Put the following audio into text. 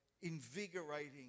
invigorating